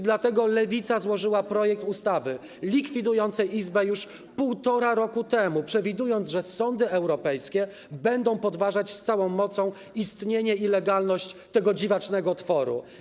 Dlatego Lewica złożyła projekt ustawy likwidującej izbę już półtora roku temu, przewidując, że sądy europejskie będą podważać z całą mocą istnienie i legalność tego dziwacznego tworu.